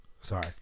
Sorry